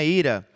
ira